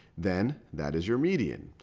then that is your median.